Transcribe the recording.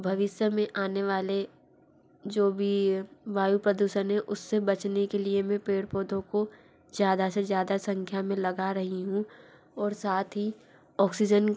भविष्य में आने वाले जो भी वायु प्रदूषन है उस से बचने के लिए में पेड़ पौधों को ज़्यादा से ज़्यादा संख्या में लगा रही हूँ और साथ ही ऑक्सीजन